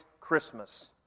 Christmas